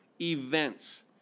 events